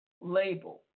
label